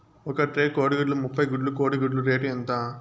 ఒక ట్రే కోడిగుడ్లు ముప్పై గుడ్లు కోడి గుడ్ల రేటు ఎంత?